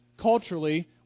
culturally